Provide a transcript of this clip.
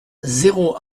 zéro